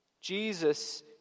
Jesus